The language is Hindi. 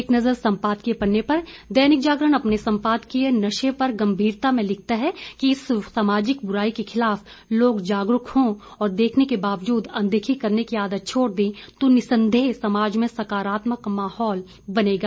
एक नज़र संपादकीय पन्ने पर दैनिक जागरण अपने संपादकीय नशे पर गंभीरता में लिखता है कि इस सामाजिक बुराई के खिलाफ लोग जागरूक हों और देखने के बावजूद अनदेखी करने की आदत छोड़ दें तो निःसंदेह समाज में सकारात्मक माहौल बनेगा